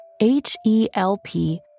H-E-L-P